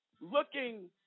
looking